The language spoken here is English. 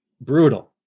brutal